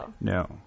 no